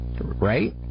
right